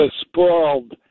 sprawled